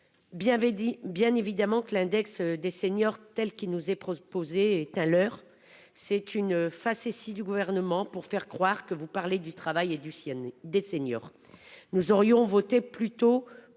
bien évidemment que l'index des seniors telle qui nous est proposé est à l'heure c'est une facétie du gouvernement pour faire croire que vous parlez du travail et du ciel des seniors. Nous aurions voté plutôt